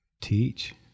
teach